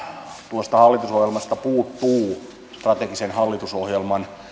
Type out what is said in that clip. tuosta hallitusohjelmasta puuttuu strategisen hallitusohjelman